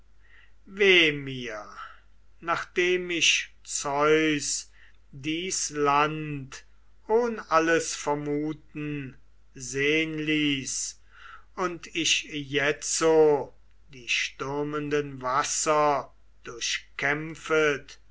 nachdem mich zeus dies land ohn alles vermuten sehen ließ und ich jetzo die stürmenden wasser durchkämpfet